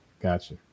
gotcha